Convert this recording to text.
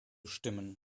stimmen